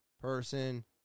person